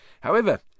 However